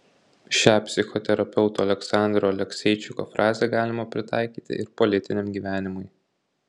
šią psichoterapeuto aleksandro alekseičiko frazę galima pritaikyti ir politiniam gyvenimui